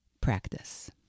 practice